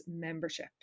membership